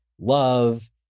Love